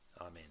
Amen